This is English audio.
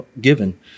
given